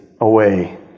away